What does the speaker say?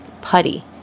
Putty